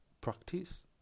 practice